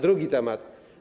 Drugi temat.